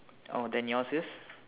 oh then yours is